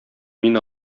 мин